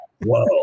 Whoa